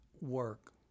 work